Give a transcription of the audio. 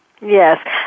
Yes